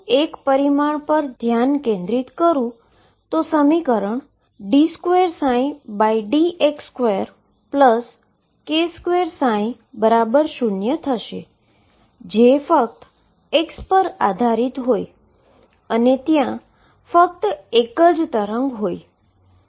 તેમા x જેમ વત્તા અથવા બાદબાકી ઈન્ફીનીટી અવધિ સુધી જાય છે એમ m2x2 પદ ખૂબ જ મોટો થાય છે અને d2dx2 પદ પણ ખૂબ મોટા બની શકે છે